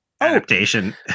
adaptation